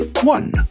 One